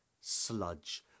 Sludge